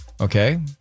okay